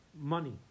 money